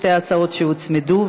שתי הצעות שהוצמדו,